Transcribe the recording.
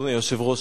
אדוני היושב-ראש,